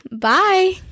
bye